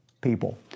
people